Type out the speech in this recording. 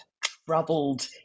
troubled